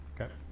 Okay